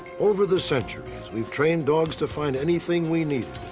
over the centuries, we've trained dogs to find anything we need.